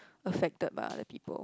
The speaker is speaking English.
affected by other people